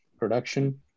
production